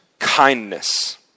kindness